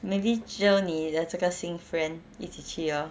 maybe jio 你的这个新 friend 一起去 orh